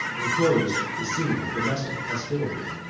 and closed the scene of domestic hostility.